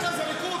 אתה מרכז הליכוד?